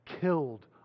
killed